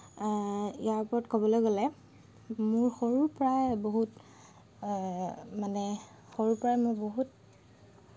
ইয়াৰ ওপৰত ক'বলৈ গ'লে মোৰ সৰুৰ পৰাই বহুত মানে সৰুৰ পৰাই মোৰ বহুত